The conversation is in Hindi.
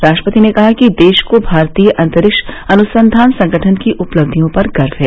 राष्ट्रपति ने कहा कि देश को भारतीय अंतरिक्ष अनुसंधान संगठन की उपलब्धियों पर गर्व है